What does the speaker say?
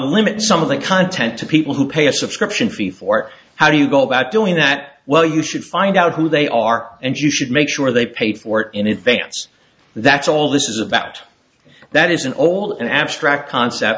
limit some of that content to people who pay a subscription fee for how do you go about doing that well you should find out who they are and you should make sure they paid for in advance that's all this is about that is an old and abstract concept